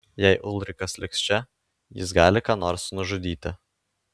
jei ulrikas liks čia jis gali ką nors nužudyti